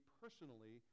personally